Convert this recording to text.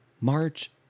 March